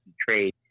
trade